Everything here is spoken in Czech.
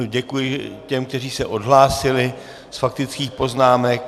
Děkuji těm, kteří se odhlásili z faktických poznámek.